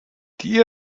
die